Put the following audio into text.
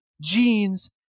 jeans